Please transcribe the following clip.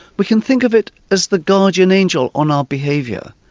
we can think of it as the guardian angel on our behaviour,